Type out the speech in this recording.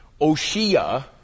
Oshia